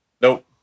Nope